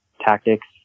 tactics